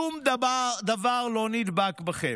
שום דבר לא נדבק בכם.